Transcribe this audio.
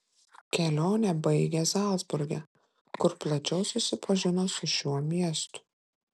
kelionę baigė zalcburge kur plačiau susipažino su šiuo miestu